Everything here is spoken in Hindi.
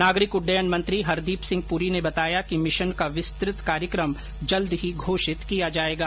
नागरिक उड्डयन मंत्री हरदीप सिंह पुरी ने बताया कि मिशन का विस्तृत कार्यक्रम जल्द ही घोषित किया जाएगा